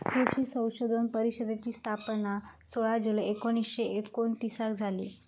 कृषी संशोधन परिषदेची स्थापना सोळा जुलै एकोणीसशे एकोणतीसाक झाली